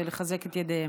ולחזק את ידיהם.